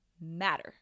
matter